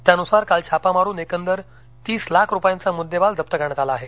त्यानुसार काल छापा मारून एकंदर तीस लाख रुपयांचा मुद्देमाल जप्त करण्यात आला आहे